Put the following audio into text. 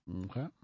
Okay